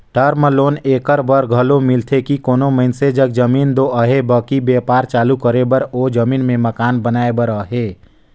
term loan एकर बर घलो मिलथे कि कोनो मइनसे जग जमीन दो अहे बकि बयपार चालू करे बर ओ जमीन में मकान बनाए बर अहे